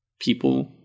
people